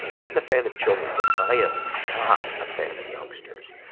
i'm a fan of children, but i am not a fan of youngsters.